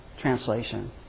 translation